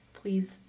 Please